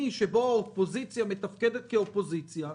הראשון שבו האופוזיציה מתפקדת כאופוזיציה,